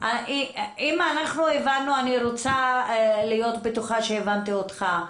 אני רוצה להיות בטוחה שהבנתי אותך.